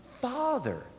father